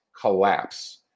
collapse